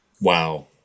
wow